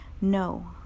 No